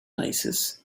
places